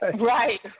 Right